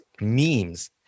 memes